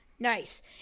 Nice